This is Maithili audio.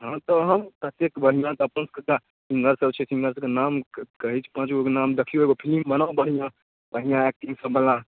हँ तहन ततेक बढ़िआँ खट्टर कका हुनकासब छथिन हुनकासबके नाम कहै छी पाँचगोके नाम देखिऔ एगो फिलिम बनाउ बढ़िआँ पहिने एक्टिङ्ग सबवला